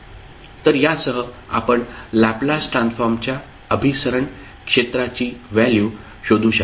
तर यासह आपण लॅपलास ट्रान्सफॉर्मच्या अभिसरण क्षेत्राची व्हॅल्यू शोधू शकता